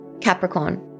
Capricorn